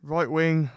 Right-wing